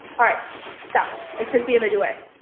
all right, stop. i took the image away.